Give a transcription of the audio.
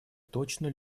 точно